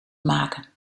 maken